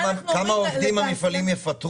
מה אנחנו אומרים לתעשיינים --- כמה עובדים המפעלים יפטרו.